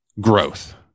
growth